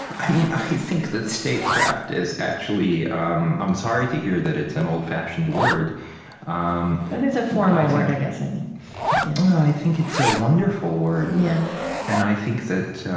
i mean i think that statecraft is actually um i'm sorry to hear that it's an old fashioned word ah um it is a formal word, i guess i mean i think it's a wonderful word yeah and i think that